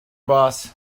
boss